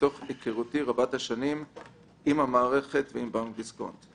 היכרותי רבת השנים עם המערכת ועם בנק דיסקונט.